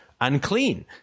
unclean